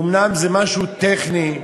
אומנם זה משהו טכני.